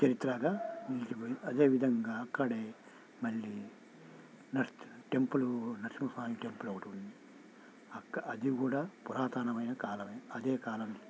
చరిత్రగా నిలిచిపోయి అదే విధంగా అక్కడే మళ్ళీ నర టెంపుల్ నరసింహస్వామి టెంపుల్ ఒకటి ఉంది అక్క అది కూడా పురాతనమైన కాలమే అదే కాలమే